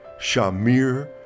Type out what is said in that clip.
Shamir